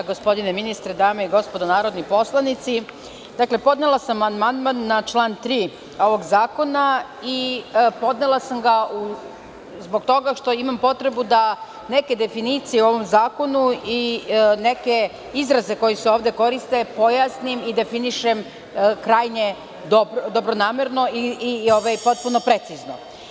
Gospodine ministre, dame i gospodo narodni poslanici, podnela sam amandman na član 3. ovog zakona i podnela sam da zbog toga što imam potrebu da neke definicije u ovom zakonu i neke izraze koji se ovde koriste pojasnim i definišem krajnje dobronamerno i potpuno precizno.